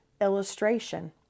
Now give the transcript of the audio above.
illustration